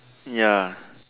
ya